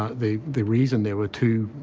ah the the reason there were two.